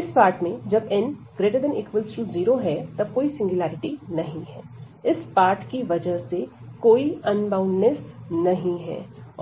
इस पार्ट में जब n ≥ 0 तब कोई सिंगुलेरिटी नहीं है इस पार्ट की वजह से से कोई अनबॉउंडनिस नहीं है